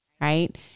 Right